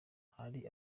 hari